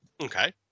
Okay